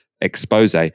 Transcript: expose